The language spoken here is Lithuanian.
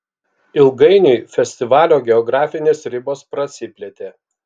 ilgainiui festivalio geografinės ribos prasiplėtė